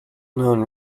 known